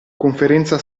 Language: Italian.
conferenza